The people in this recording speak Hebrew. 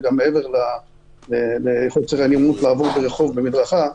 ומעבר לחוסר הנעימות לעבור ברחוב או במדרכה בדילוגים.